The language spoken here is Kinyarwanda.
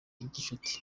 gicuti